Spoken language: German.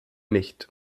nicht